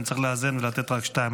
אני צריך לאזן ולתת רק שתיים,